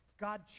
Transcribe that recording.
God